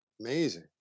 amazing